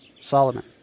Solomon